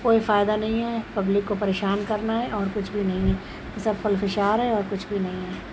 کوئی فائدہ نہیں ہے پبلک کو پریشان کرنا ہے اور کچھ بھی نہیں ہے یہ سب خلفشار ہے اور کچھ بھی نہیں ہے